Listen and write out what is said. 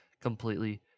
completely